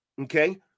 Okay